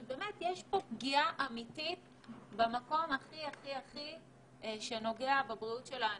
יש פה באמת פגיעה אמיתית במקום שנוגע בצורה רבה בבריאותם של אנשים.